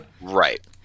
Right